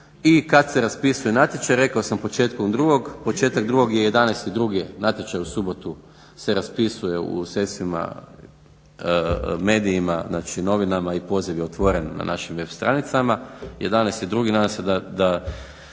i kad se raspisuje natječaj rekao sam početkom drugog. Početak drugog je 11.2. natječaj u subotu se raspisuje u medijima, znači novinama i poziv je otvoren na našim web stranicama. 11.2. nadam se da